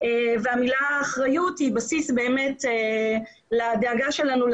של באמת תרבויות התנהגותיות שהשתנו עם